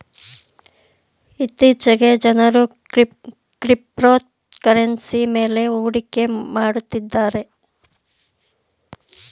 ಇತ್ತೀಚೆಗೆ ಜನರು ಕ್ರಿಪ್ತೋಕರೆನ್ಸಿ ಮೇಲು ಹೂಡಿಕೆ ಮಾಡುತ್ತಿದ್ದಾರೆ